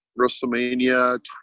WrestleMania